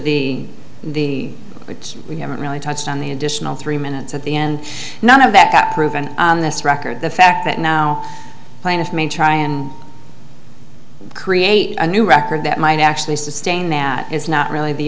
the the which we haven't really touched on the additional three minutes at the end none of that proven in this record the fact that now plaintiff may try and create a new record that might actually sustain that is not really the